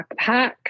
backpack